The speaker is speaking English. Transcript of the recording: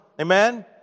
Amen